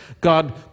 God